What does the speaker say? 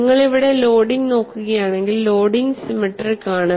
നിങ്ങൾ ഇവിടെ ലോഡിംഗ് നോക്കുകയാണെങ്കിൽ ലോഡിംഗ് സിമെട്രിക് ആണ്